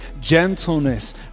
gentleness